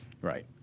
Right